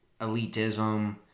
elitism